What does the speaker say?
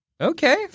Okay